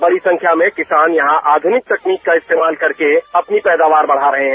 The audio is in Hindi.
बड़ी संख्या में किसान यहां आधुनिक तकनीक का इस्तेमाल करके अपनी पैदावार बढ़ा रहे हैं